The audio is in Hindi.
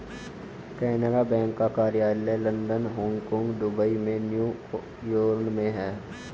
केनरा बैंक का कार्यालय लंदन हांगकांग दुबई और न्यू यॉर्क में है